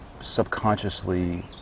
subconsciously